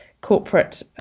corporate